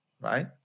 right